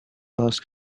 ask